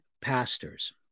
pastors